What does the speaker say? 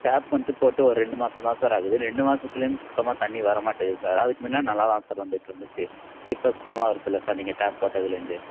tape வந்துட்டு போட்டு ஒரு ரெண்டு மாசம்தான் சார் ஆகுது ரெண்டு மாசத்துலேருந்து சுத்தமாக தண்ணி வரமாட்டுக்குது சார் அதுக்கு முன்னடி நல்லாத்தான் சார் வந்துட்டுருந்துச்சி இப்போ சுத்தமாக வர்றதில்ல சார் நீங்கள் டேப் போட்டதுலேருந்து